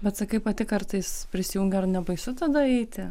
bet sakai pati kartais prisijungi ar nebaisu tada eiti